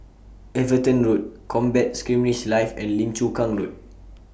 Everton Road Combat Skirmish Live and Lim Chu Kang Road